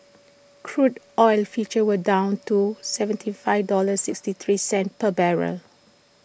crude oil futures were down to seventy five dollar sixty three cents per barrel